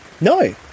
No